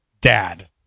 dad